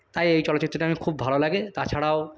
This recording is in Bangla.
তাই এই চলচ্চিত্রটা আমার খুব ভালোলাগে তাছাড়াও